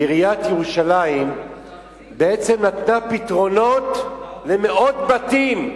ועיריית ירושלים בעצם נתנה פתרונות למאות בתים.